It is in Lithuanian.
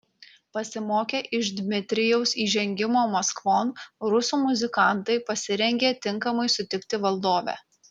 pasimokę iš dmitrijaus įžengimo maskvon rusų muzikantai pasirengė tinkamai sutikti valdovę